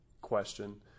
question